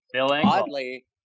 oddly